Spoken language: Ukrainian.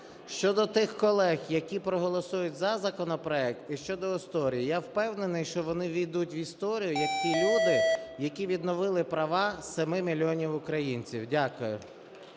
Щодо тих колег, які проголосують за законопроект і щодо історії. Я впевнений, що вони ввійдуть в історію як ті люди, які відновили права 7 мільйонів українців. Дякую.